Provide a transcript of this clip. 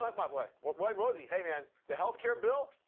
like what, what, what? what, rosie? hey, man, the health care bill?